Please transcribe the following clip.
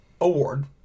award